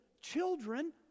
children